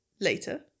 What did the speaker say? later